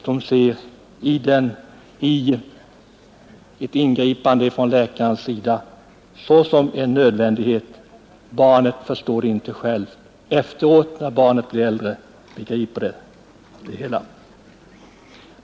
De ser ett ingripande från läkarens sida såsom en nödvändighet. Barnet förstår det inte själv. Efteråt, när barnet blir äldre, kan det begripa det hela.